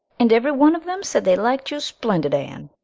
and every one of them said they liked you splendid, anne,